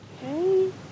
Hey